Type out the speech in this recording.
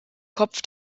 kopf